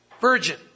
Virgin